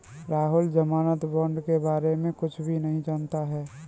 राहुल ज़मानत बॉण्ड के बारे में कुछ भी नहीं जानता है